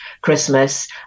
Christmas